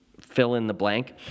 fill-in-the-blank